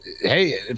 hey